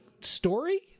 story